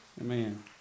Amen